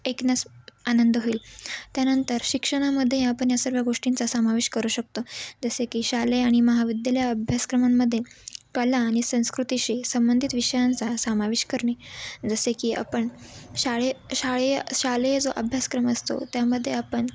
ऐकण्यास आनंद होईल त्यानंतर शिक्षणामध्ये आपण ह्या सगळ्या गोष्टींचा सामावेश करू शकतो जसे की शालेय आणि महाविद्यालयात अभ्यासक्रमांमध्ये कला आणि संस्कृतीशी संबंधित विषयांचा सामावेश करणे जसे की आपण शाळे शाळेय शालेय जो अभ्यासक्रम असतो त्यामध्ये आपण